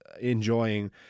enjoying